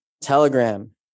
telegram